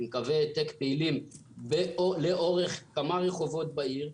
עם קווי העתק פעילים לאורך כמה רחובות בעיר,